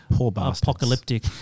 apocalyptic